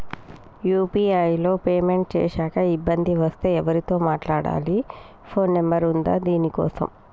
UPI లో payment చేశాక ఇబ్బంది వస్తే ఎవరితో మాట్లాడాలి? ఫోన్ నంబర్ ఉందా దీనికోసం?